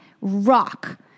rock